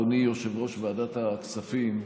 אדוני יושב-ראש ועדת הכספים,